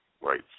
right